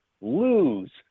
LOSE